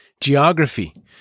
Geography